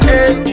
Hey